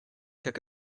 took